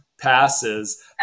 passes